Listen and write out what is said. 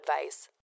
advice